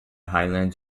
highlands